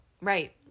Right